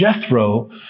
Jethro